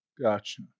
Gotcha